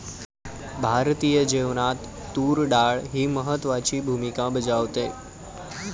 भारतीय जेवणात तूर डाळ ही महत्त्वाची भूमिका बजावते